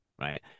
right